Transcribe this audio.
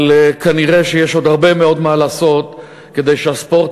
אבל נראה שיש עוד הרבה מאוד מה לעשות כדי שהספורט